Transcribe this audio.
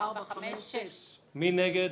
6 נגד,